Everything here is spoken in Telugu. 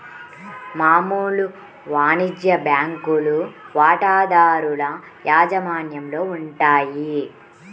మామూలు వాణిజ్య బ్యాంకులు వాటాదారుల యాజమాన్యంలో ఉంటాయి